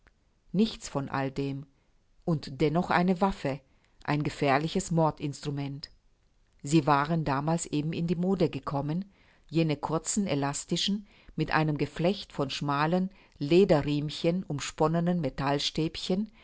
nichts von all dem und dennoch eine waffe ein gefährliches mordinstrument sie waren damals eben in die mode gekommen jene kurzen elastischen mit einem geflecht von schmalen lederriemchen umsponnenen metallstäbchen